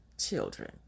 children